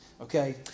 Okay